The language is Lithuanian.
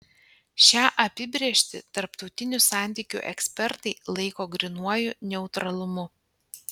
šią apibrėžtį tarptautinių santykių ekspertai laiko grynuoju neutralumu